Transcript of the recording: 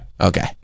Okay